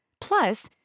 Plus